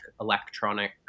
electronic